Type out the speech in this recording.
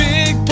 Big